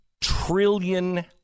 trillion